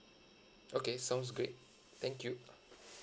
okay sounds great thank you